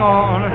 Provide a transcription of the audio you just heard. on